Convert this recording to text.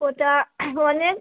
ওটা অনেক